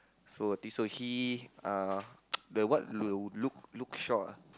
so I think so he uh the what the look shore look shore ah